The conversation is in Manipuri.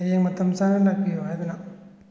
ꯍꯌꯦꯡ ꯃꯇꯝ ꯆꯥꯅ ꯂꯥꯛꯄꯤꯌꯨ ꯍꯥꯏꯗꯨꯅ